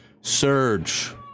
surge